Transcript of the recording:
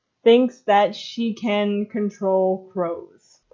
thinks that she can control crows.